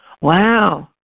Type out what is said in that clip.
Wow